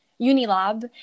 Unilab